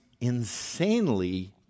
insanely